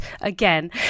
again